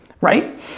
right